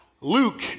Luke